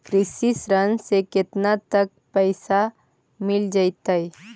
कृषि ऋण से केतना तक पैसा मिल जइतै?